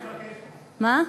מה?